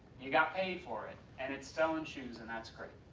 you got paid for it and it's selling shoes and that's great.